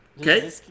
okay